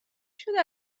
شده